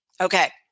Okay